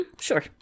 Sure